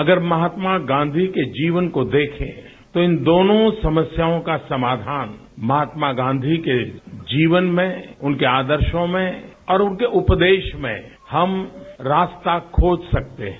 अगर महात्मा गांधी के जीवन को देखें तो इन दोनों समस्याओं का समाधान महात्मा गांधी के जीवन में उनके आदर्शों में और उनके उपदेश में हम रास्ता खोज सकते हैं